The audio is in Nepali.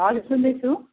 हजुर सुन्दैछु